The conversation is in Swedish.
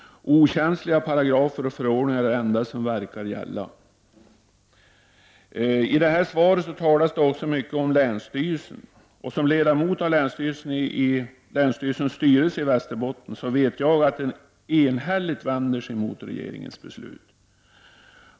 Okänsliga paragrafer och förordningar är det enda som verkar gälla. I svaret talas det mycket om länsstyrelsen. Som ledamot av styrelsen för Västerbottens läns landsting vet jag att den enhälligt vänder sig mot regeringens beslut.